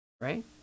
right